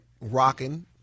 rocking